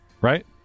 Right